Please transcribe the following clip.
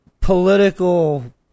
political